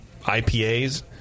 IPAs